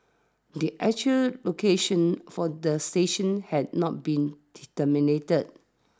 the actual locations for the stations had not been determined